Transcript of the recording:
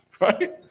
right